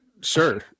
sure